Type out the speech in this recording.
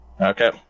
Okay